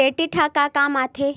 Credit ह का काम आथे?